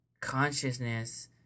Consciousness